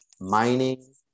mining